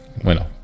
bueno